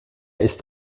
ist